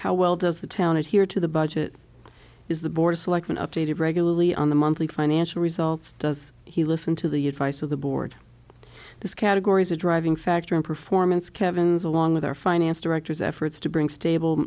how well does the town adhere to the budget is the board of selectmen updated regularly on the monthly financial results does he listen to the advice of the board this categories a driving factor in performance kevin's along with our finance directors efforts to bring stable